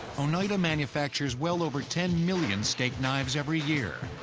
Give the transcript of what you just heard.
oneida manufactures well over ten million steak knives every year.